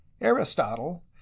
Aristotle